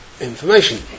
information